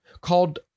called